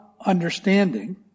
understanding